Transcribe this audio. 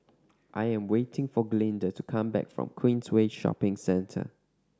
I'm waiting for Glynda to come back from Queensway Shopping Centre